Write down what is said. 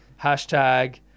Hashtag